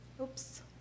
oops